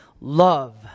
love